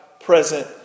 present